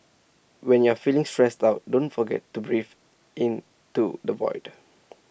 when you are feeling stressed out don't forget to breathe into the void